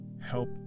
help